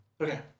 Okay